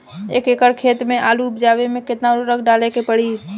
एक एकड़ खेत मे आलू उपजावे मे केतना उर्वरक डाले के पड़ी?